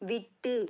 விட்டு